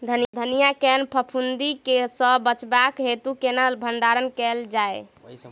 धनिया केँ फफूंदी सऽ बचेबाक हेतु केना भण्डारण कैल जाए?